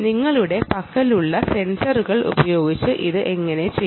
നിങ്ങളുടെ പക്കലുള്ള സെൻസറുകൾ ഉപയോഗിച്ച് ഇത് എങ്ങനെ ചെയ്യും